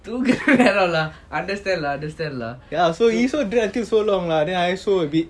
understand lah understand lah ya so easily done until so long lah then I also a bit